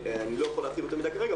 אני לא יכול להרחיב יותר מדיי כרגע,